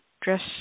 Dress